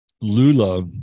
Lula